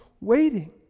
waiting